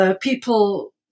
People